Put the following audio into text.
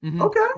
Okay